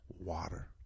water